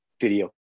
video